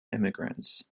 immigrants